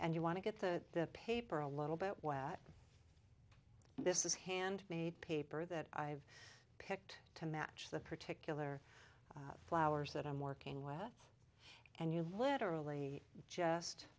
and you want to get the paper a little bit wet this is hand made paper that i've to match the particular flowers that i'm working with and you literally just